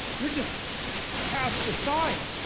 you're just cast aside.